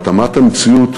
והתאמת המציאות